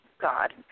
god